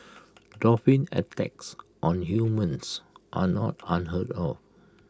dolphin attacks on humans are not unheard of